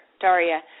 Daria